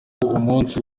umunsi